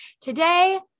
today